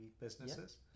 businesses